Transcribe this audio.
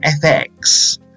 FX